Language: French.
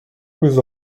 vous